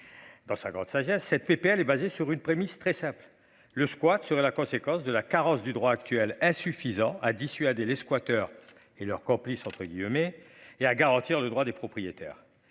Dans sa grande sagesse cette PPL est basée sur une prémisse très simple le squat seraient la conséquence de la carence du droit actuel insuffisant à dissuader les squatteurs et leurs complices entre guillemets et à garantir le droit des propriétaires